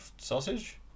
sausage